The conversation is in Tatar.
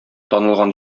танылган